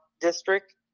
district